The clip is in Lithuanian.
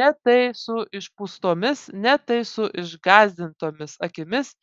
ne tai su išpūstomis ne tai su išgąsdintomis akimis